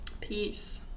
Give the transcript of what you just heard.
Peace